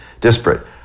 disparate